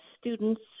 students